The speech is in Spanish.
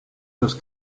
los